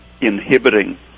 inhibiting